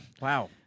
wow